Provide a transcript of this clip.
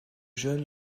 jeune